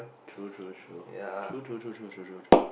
true true true true true true true true true true